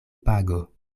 pago